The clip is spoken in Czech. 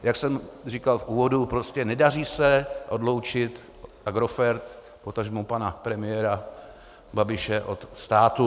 Jak jsem říkal v úvodu, prostě nedaří se odloučit Agrofert, potažmo pana premiéra Babiše, od státu.